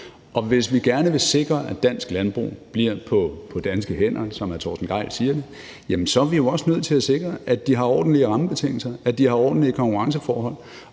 Hvis vi gerne vil sikre, at dansk landbrug bliver på danske hænder, som hr. Torsten Gejl siger, så er vi også nødt til at sikre, at de har ordentlige rammebetingelser, at de har ordentlige konkurrenceforhold.